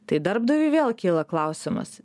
tai darbdaviui vėl kyla klausimas